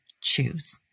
choose